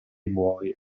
buoi